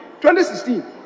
2016